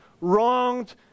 wronged